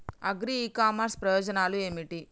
Agri e commerce ప్రయోజనాలు ఏమిటి?